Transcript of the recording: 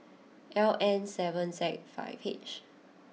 L N seven Z five H